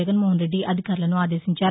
జగన్ మోహన్ రెడ్డి అధికారులను ఆదేశించారు